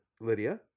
lydia